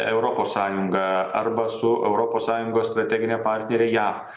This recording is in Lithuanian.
europos sąjunga arba su europos sąjungos strategine partnere jav